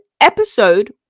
episode